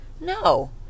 No